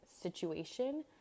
situation